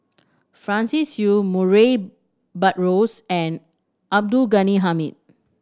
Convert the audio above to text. Francis Seow Murray Buttrose and Abdul Ghani Hamid